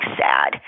sad